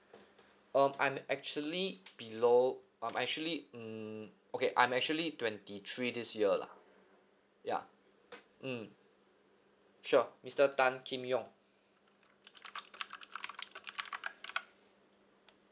um I'm actually below I'm actually mm okay I'm actually twenty three this year lah ya mm sure mister tan kim yong